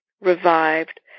revived